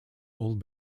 old